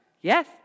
yes